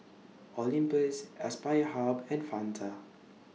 Olympus Aspire Hub and Fanta